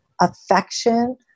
affection